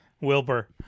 Wilbur